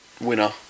winner